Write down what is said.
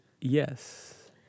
Yes